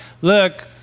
look